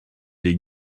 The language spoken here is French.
les